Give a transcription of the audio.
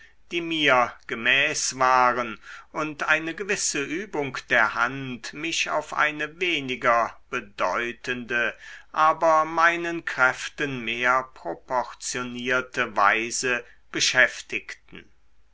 die mir gemäß waren und eine gewisse übung der hand mich auf eine weniger bedeutende aber meinen kräften mehr proportionierte weise beschäftigten